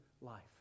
life